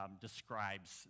describes